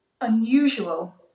unusual